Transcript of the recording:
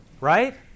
right